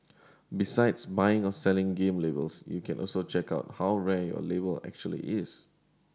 besides buying or selling game labels you can also check out how rare your label actually is